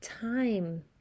time